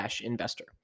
investor